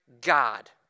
God